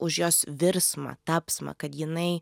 už jos virsmą tapsmą kad jinai